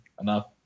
enough